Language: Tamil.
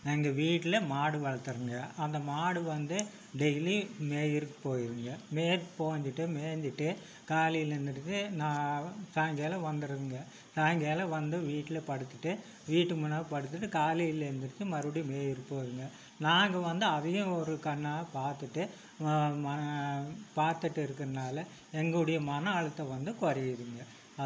எங்கள் வீட்டில் மாடு வளர்த்தறங்க அந்த மாடு வந்து டெய்லி மேயிறக்கு போயிடுங்க மேயக் போஞ்சுட்டு மேய்ஞ்சிட்டு காலையில் நா சாயங்காலோம் வந்துடுங்க சாயங்காலோம் வந்து வீட்டில் படுத்துவிட்டு வீட்டு முன்னால் படுத்துட்டு காலையில் எந்திரிச்சு மறுபடியும் மேய்றக்குவி போயிடுங்க நாங்கள் வந்து அதையும் ஒரு கண்ணாக பார்த்துட்டு பார்த்துட்டு இருக்கிறனால எங்குடைய மன அழுத்தம் வந்து குறையிதுங்க